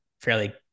fairly